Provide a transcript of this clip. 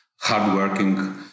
hardworking